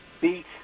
beat